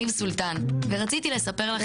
יש לנו גם